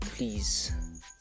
Please